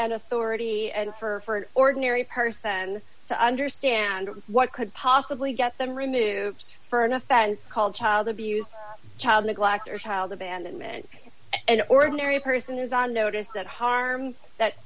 authority and for an ordinary person to understand what could possibly get them removed for an offense called child abuse child neglect or child abandonment and ordinary person is on notice that harm that